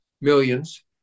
millions